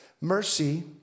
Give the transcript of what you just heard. Mercy